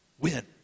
Win